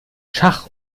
schach